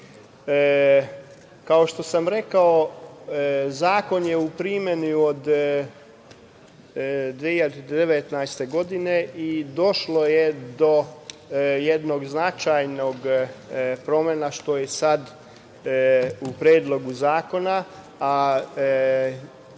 što sam rekao, zakon je primeni od 2019. godine i došlo je do jedne značajne promene što je sad u Predlogu zakona, a